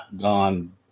gone